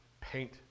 paint